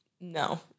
no